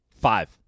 Five